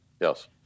Yes